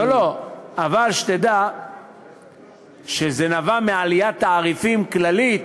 אבל שתדע שזה נבע מעליית תעריפים כללית,